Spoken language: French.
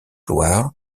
loire